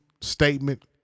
statement